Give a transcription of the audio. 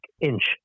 inch